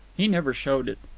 he never showed it.